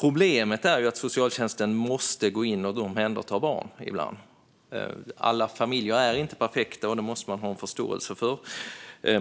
Problemet är att socialtjänsten ibland måste gå in och omhänderta barn. Alla familjer är inte perfekta, och det måste man ha en förståelse för.